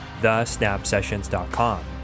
thesnapsessions.com